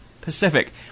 Pacific